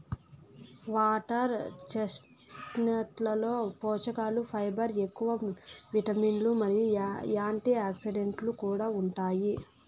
water చెస్ట్నట్లలో పోషకలు fibre ఎక్కువ, విటమిన్లు మరియు యాంటీఆక్సిడెంట్లు కూడా ఉంటాయి